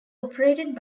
operated